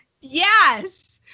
Yes